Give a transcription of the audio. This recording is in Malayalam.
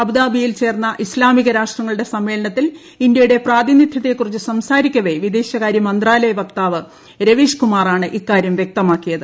അബുദാബിയിൽ ചേർന്ന ഇസ്ലാമിക രാഷ്ട്രങ്ങളുടെ സമ്മേളനത്തിൽ ഇന്ത്യയുടെ പ്രാതിനിധ്യത്തെക്കുറിച്ച് സംസാരിക്കവെ വിദേശകാര്യ മന്ത്രാലയ വക്താവ് രവീഷ്കുമാറാണ് ഇക്കാര്യം വ്യക്തമാക്കിയത്